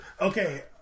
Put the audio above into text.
Okay